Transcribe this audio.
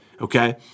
okay